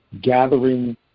gathering